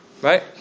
right